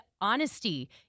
honesty